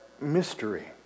Mystery